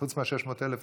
חוץ מ-600,000.